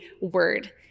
word